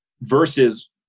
versus